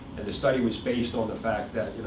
and the study was based on the fact that,